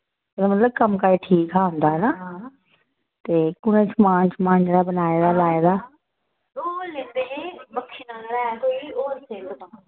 एह्दा मतलब कम्म काज ठीक ठाक होंदा हैना ते उ'नै समान शमान जेह्ड़ा बनाए दा लाए दा